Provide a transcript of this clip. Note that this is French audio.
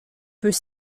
peut